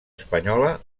espanyola